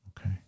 okay